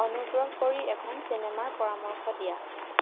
অনুগ্ৰহ কৰি এখন চিনেমাৰ পৰামৰ্শ দিয়া